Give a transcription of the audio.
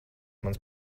mans